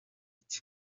iki